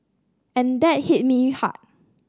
and that hit me hard